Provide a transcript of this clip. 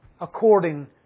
according